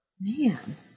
man